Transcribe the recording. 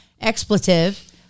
expletive